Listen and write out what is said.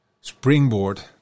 springboard